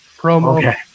Promo